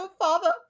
Father